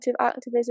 activism